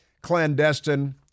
clandestine